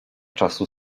czasu